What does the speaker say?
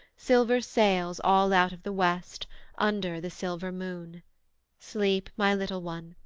silver sails all out of the west under the silver moon sleep, my little one,